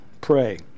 pray